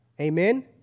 Amen